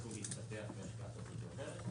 שעשוי להתפתח מהשקעה כזו או אחרת.